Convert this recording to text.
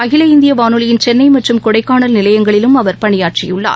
அகில இந்தியவானொலியின் சென்னைமற்றும்கொடைக்கானல் நிலையங்களிலும் அவர் பணியாற்றியுள்ளார்